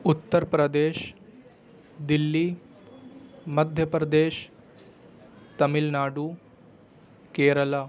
Uttar Pradesh Delhi Madhya Pradesh Tamil Nadu Kerala